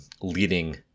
leading